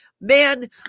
man